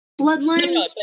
bloodlines